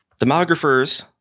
demographers